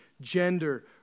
gender